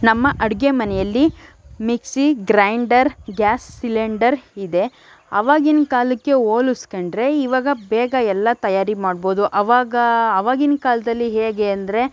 ನಮ್ಮ ಅಡಿಗೆ ಮನೆಯಲ್ಲಿ ಮಿಕ್ಸಿ ಗ್ರೈಂಡರ್ ಗ್ಯಾಸ್ ಸಿಲೆಂಡರ್ ಇದೆ ಆವಾಗಿನ ಕಾಲಕ್ಕೆ ಹೋಲಸ್ಕಂಡ್ರೆ ಇವಾಗ ಬೇಗ ಎಲ್ಲ ತಯಾರಿ ಮಾಡ್ಬೋದು ಆವಾಗ ಆವಾಗಿನ ಕಾಲದಲ್ಲಿ ಹೇಗೆ ಅಂದರೆ